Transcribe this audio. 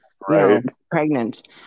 pregnant